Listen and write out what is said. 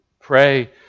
Pray